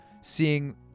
Seeing